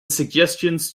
suggestions